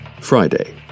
Friday